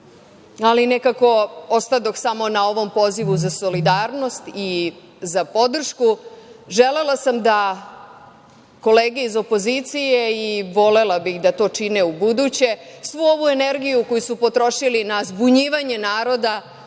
ali nekako ostadoh samo na ovom pozivu za solidarnost i za podršku. Želela sam da kolege iz opozicije i volela bih da to čine u buduće, svu ovu energiju koju su potrošili na zbunjivanje naroda,